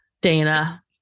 Dana